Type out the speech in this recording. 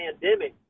pandemic